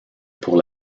pour